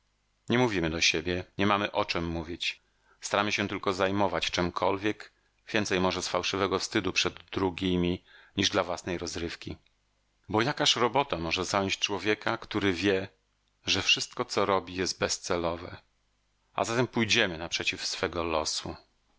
nie mówimy do siebie nie mamy o czem mówić staramy się tylko zajmować czemkolwiek więcej może z fałszywego wstydu przed drugimi niż dla własnej rozrywki bo jakaż robota może zająć człowieka który wie że wszystko co robi jest bezcelowe a zatem pójdziemy naprzeciw swego losu